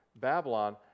Babylon